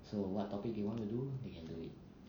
so what topic you want to do they can do it